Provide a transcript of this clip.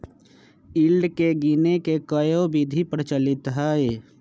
yield के गीनेए के कयहो विधि प्रचलित हइ